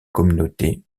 communauté